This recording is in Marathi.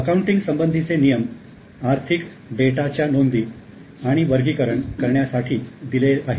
अकाउंटिंग संबंधीचे नियम आर्थिक डेटाच्या नोंदी आणि वर्गीकरण करण्यासाठी दिले आहेत